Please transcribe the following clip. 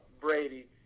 Brady